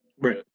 Right